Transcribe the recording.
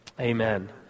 amen